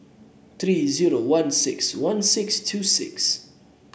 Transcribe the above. three zero one six one six two six